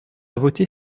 voter